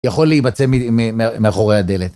יכול להיבצע מאחורי הדלת.